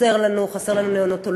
חסר לנו, חסרים לנו נאונטולוגים.